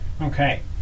Okay